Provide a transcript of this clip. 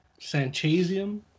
Sanchezium